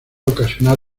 ocasionar